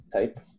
type